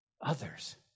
Others